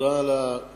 תודה על השאלות.